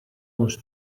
les